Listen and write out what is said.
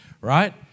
Right